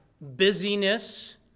busyness